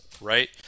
right